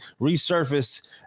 resurfaced